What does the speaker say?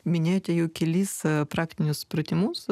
minėjote jau kelis praktinius pratimus